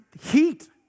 heat